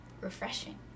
refreshing